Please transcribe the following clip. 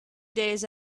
days